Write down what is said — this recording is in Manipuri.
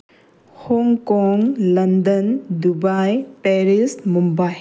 Hong Kong London Dubai Paris Mumbai